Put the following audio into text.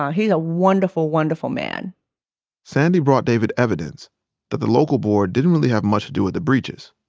he's a wonderful, wonderful man sandy brought david evidence that the local board didn't really have much to do with the breaches.